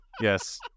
yes